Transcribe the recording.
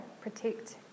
protect